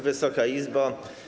Wysoka Izbo!